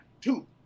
Two